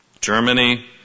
Germany